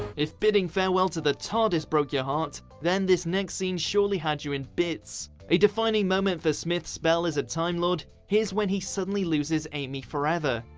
if bidding farewell to the tardis broke your heart, then this next scene surely had you in bits. a defining moment for smith's spell as a time lord, here's when he suddenly loses amy forever.